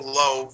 low